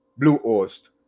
Bluehost